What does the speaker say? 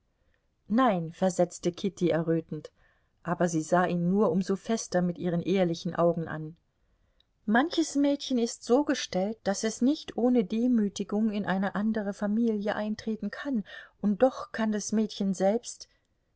nein versetzte kitty errötend aber sie sah ihn nur um so fester mit ihren ehrlichen augen an manches mädchen ist so gestellt daß es nicht ohne demütigung in eine andere familie eintreten kann und doch kann das mädchen selbst